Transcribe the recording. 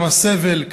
כמה סבל,